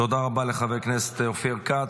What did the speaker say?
תודה רבה לחבר הכנסת אופיר כץ,